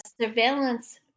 surveillance